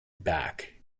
back